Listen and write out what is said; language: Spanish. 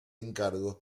encargo